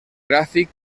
gràfic